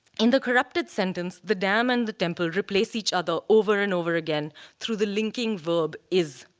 in the corrected sentence, the dam and the temple replace each other over and over again through the linking verb is.